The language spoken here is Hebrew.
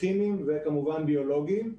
כימיים וכמובן ביולוגיים.